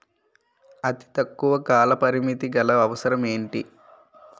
అతి తక్కువ కాల పరిమితి గల అవసరం ఏంటి